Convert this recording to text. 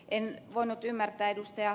en voinut ymmärtää ed